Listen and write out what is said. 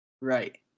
Right